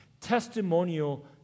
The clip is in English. testimonial